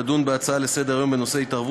תדון בהצעה לסדר-היום שהעלה